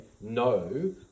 no